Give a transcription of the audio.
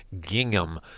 Gingham